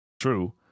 true